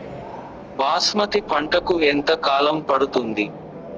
బాస్మతి పంటకు ఎంత కాలం పడుతుంది?